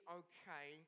okay